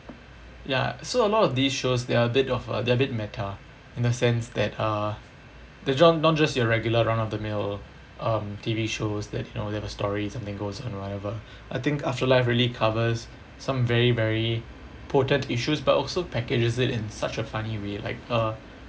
ya so a lot of these shows there are a bit of uh they are a bit meta in the sense that uh they're j~ not just your regular run of the mill um T_V shows that you know they've a story something goes on or whatever I think afterlife really covers some very very potent issues but also packages it in such a funny way like uh